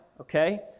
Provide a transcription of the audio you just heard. okay